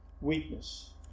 weakness